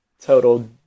Total